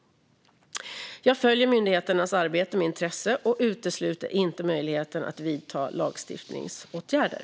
Jag följer myndigheternas arbete med intresse och utesluter inte möjligheten att vidta lagstiftningsåtgärder.